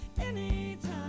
anytime